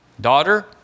daughter